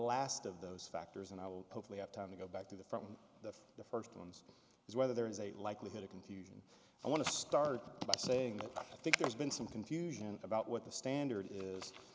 last of those factors and i will hopefully have time to go back to the front the the first ones is whether there is a likelihood of confusion i want to start by saying that i think there's been some confusion about what the standard is